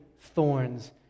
thorns